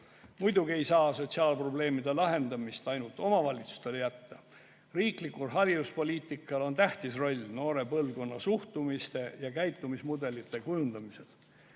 Muidugi ei saa sotsiaalprobleemide lahendamist ainult omavalitsustele jätta. Riiklikul hariduspoliitikal on tähtis roll noore põlvkonna suhtumise ja käitumismudelite kujundamisel.